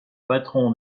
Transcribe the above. patrons